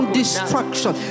destruction